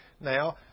now